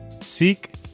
Seek